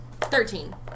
thirteen